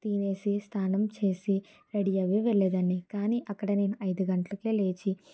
తినేసి స్నానం చేసి రెడీ అయ్యి వెళ్ళేదాన్ని కానీ అక్కడ నేను ఐదు గంటలకే లేచి నా